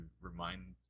remind